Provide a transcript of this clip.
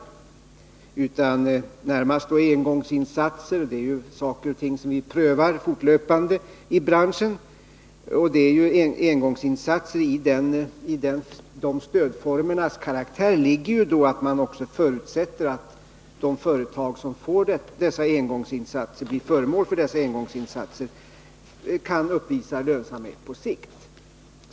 Närmast skulle det vara fråga om engångsinsatser. Det är saker och ting som vi fortlöpande prövar när det gäller denna bransch. I den stödform som engångsinsatserna utgör ligger att man också förutsätter att de företag som blir föremål för dessa insatser kan uppvisa lönsamhet på sikt.